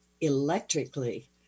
electrically